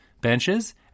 benches